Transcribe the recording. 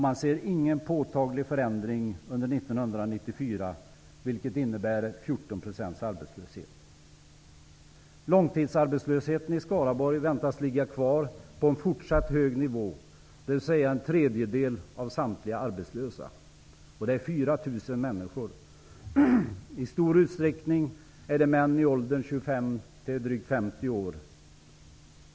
Man ser ingen påtaglig förändring under 1994, vilket innebär 14 % arbetslöshet. Långtidsarbetslösheten i Skaraborg väntas ligga kvar på en fortsatt hög nivå, dvs. en tredjedel av samtliga arbetslösa, och det är 4 000 människor. I stor utsträckning är det män i åldern från 25 till drygt 50 år.